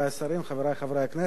חברי חברי הכנסת,